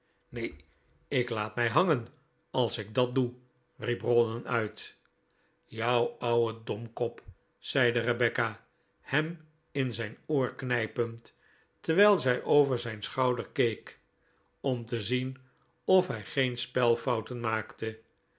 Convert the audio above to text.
neen ik laat mij hangen als ik dat doe riep rawdon uit jou ouwe domkop zeide rebecca hem in zijn oor knijpend terwijl zij over zijn schouder keek om te zien of hij geen spelfouten maakte